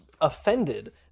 offended